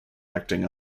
acting